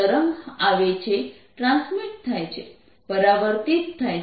તરંગ આવે છેટ્રાન્સમીટ થાય છે પરાવર્તિત થાય છે